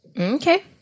Okay